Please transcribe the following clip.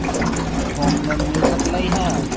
Home loan मिल सकलइ ह?